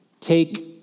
Take